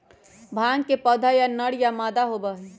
भांग के पौधा या नर या मादा होबा हई